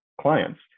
clients